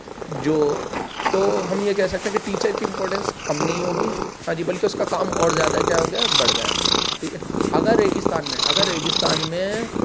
جو تو ہم یہ کہہ سکتے ہیں کہ ٹیچر کی امپورٹینس کم نہیں ہوگی ہاں جی بلکہ اس کا کام اور زیادہ کیا ہو گیا ہے بڑھ گیا ہے ٹھیک ہے اگر ریگستان میں اگر ریگستان میں